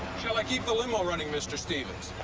shall i keep the limo running, mr. stevens?